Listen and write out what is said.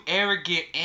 arrogant